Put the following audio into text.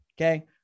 Okay